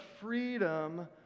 freedom